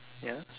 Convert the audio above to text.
ya